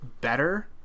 better